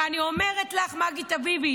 ואני אומרת לך, מגי טביבי,